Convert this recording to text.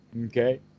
Okay